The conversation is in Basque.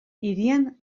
hirian